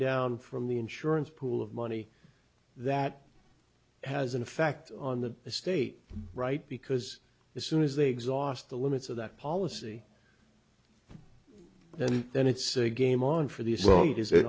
down from the insurance pool of money that has an effect on the state right because the soon as they exhaust the limits of that policy and then it's game on for the song it is